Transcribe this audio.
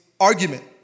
argument